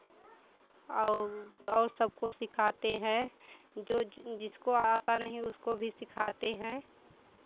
और और सबको सिखाते हैं जो जिसको आता नहीं उसको भी सिखाते हैं